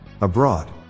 Abroad